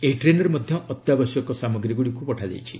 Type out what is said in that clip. ଏହି ଟ୍ରେନ୍ରେ ମଧ୍ୟ ଅତ୍ୟାବଶ୍ୟକୀୟ ସାମଗ୍ରୀଗୁଡ଼ିକ ପଠାଯାଉଛି